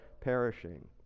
perishing